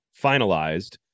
finalized